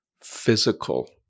physical